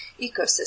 ecosystem